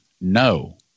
No